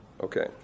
Okay